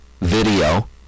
video